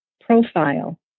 profile